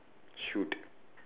shoot